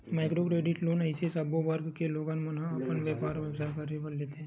micro credit loan अइसे सब्बो वर्ग के लोगन मन ह अपन बेपार बेवसाय करे बर लेथे